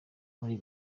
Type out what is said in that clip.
muri